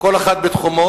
כל אחד בתחומו,